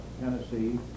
Tennessee